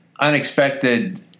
unexpected